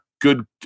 good